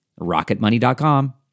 rocketmoney.com